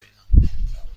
بیینم